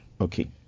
Okay